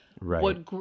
Right